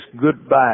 goodbye